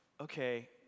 okay